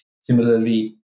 Similarly